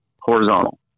horizontal